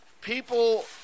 people